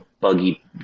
buggy